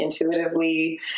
intuitively